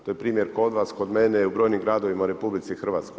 To je primjer kod vas, kod mene, u brojnim gradovima u RH.